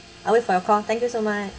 I'll wait for your call thank you so much